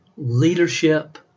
Leadership